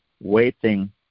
waiting